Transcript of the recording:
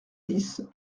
lys